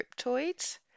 Cryptoids